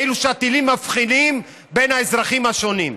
כאילו שהטילים מבחינים בין האזרחים השונים.